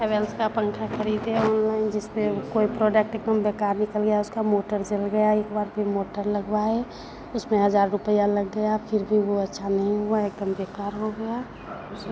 हैवेल्स का पंखा खरीदे ऑनलाइन जिसमें कोई प्रोडक्ट कम बेकार निकल गया उसका मोटर जल गया एक बार फिर मोटर लगवाए उसमें हजार रुपया लग गया फिर भी वो अच्छा नहीं हुआ एकदम बेकार हो गया उसका